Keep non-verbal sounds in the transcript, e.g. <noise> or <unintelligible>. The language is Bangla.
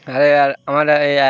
হ্যাঁ আর আমার <unintelligible>